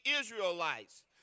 Israelites